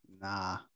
nah